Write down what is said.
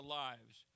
lives